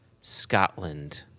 scotland